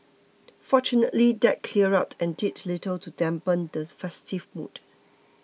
fortunately that cleared up and did little to dampen the festive mood